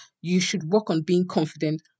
you-should-work-on-being-confident